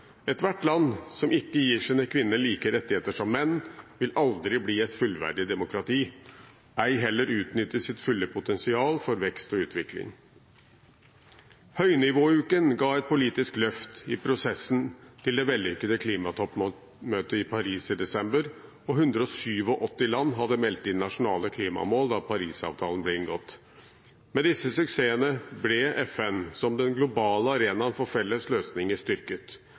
Ethvert land som ikke gir sine kvinner like rettigheter som menn, vil aldri bli et fullverdig demokrati, ei heller utnytte sitt fulle potensial for vekst og utvikling. Høynivåuken ga et politisk løft i prosessen til det vellykkede klimatoppmøtet i Paris i desember, og 187 land hadde meldt inn nasjonale klimamål da Paris-avtalen ble inngått. Med disse suksessene ble FN som den globale arenaen for felles løsninger styrket,